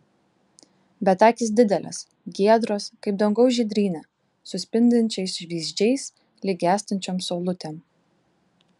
bet akys didelės giedros kaip dangaus žydrynė su spindinčiais vyzdžiais lyg gęstančiom saulutėm